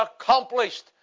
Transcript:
accomplished